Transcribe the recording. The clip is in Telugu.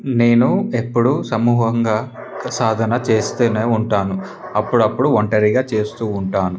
నేను ఎప్పుడూ సమూహంగా కసాధన చేస్తేనే ఉంటాను అప్పుడప్పుడు ఒంటరిగా చేస్తూ ఉంటాను